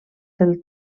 del